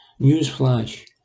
Newsflash